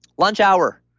lunch hour.